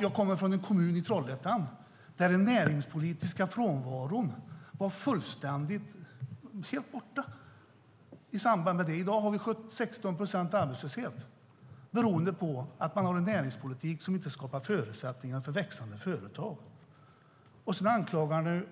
Jag kommer från Trollhättan, där den näringspolitiska frånvaron var fullständig i samband med det. I dag har vi 16 procents arbetslöshet beroende på att man har en näringspolitik som inte skapar förutsättningar för växande företag. Sedan